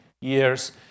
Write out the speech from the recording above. years